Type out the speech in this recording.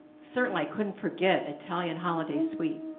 certainly, i couldn't forget italian holiday sweets.